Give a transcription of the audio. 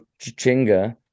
Chinga